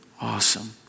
awesome